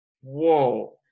whoa